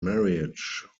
marriage